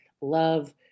love